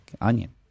onion